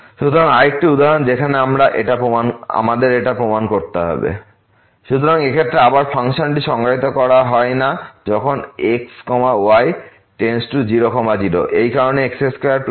সুতরাং আরেকটি উদাহরণ যেখানে আমাদের এটা প্রমাণ করতে হবে xy00xyx2y20 সুতরাং এই ক্ষেত্রে আবার ফাংশনটি সংজ্ঞায়িত করা হয় না যখন x y0 0 এই কারণে x2y2